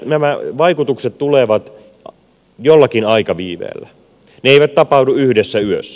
nämä vaikutukset tulevat jollakin aikaviiveellä ne eivät tapahdu yhdessä yössä